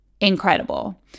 Incredible